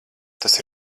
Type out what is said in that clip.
tas